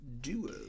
Duo